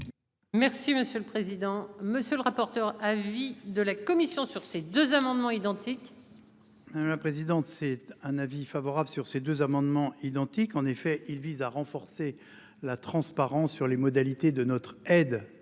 Merci monsieur le président, monsieur le rapporteur. Avis de la commission sur ces deux amendements identiques. La présidente, c'est un avis favorable sur ces deux amendements identiques, en effet, il vise à renforcer. La transparence sur les modalités de notre aide